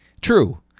True